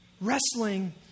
Wrestling